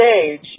stage